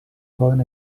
poden